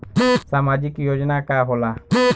सामाजिक योजना का होला?